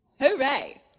Hooray